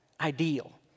ideal